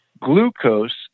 glucose